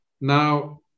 Now